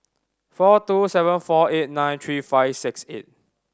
four two seven four eight nine three five six eight